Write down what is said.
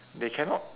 they cannot